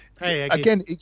again